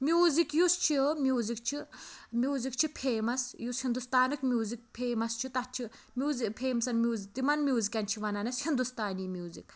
music یُس چھُ music چھُ میٛوٗزِک چھُ فیمَس یُس ہِنٛدوستانُک میٛوٗزِک فیمَس چھُ تَتھ چھُ میٛوٗزِک فیمسن میٛوٗزِک تِمَن میٛوٗزکَن چھِ وَنان أسۍ ہِندوستٲنی میٛوٗزِک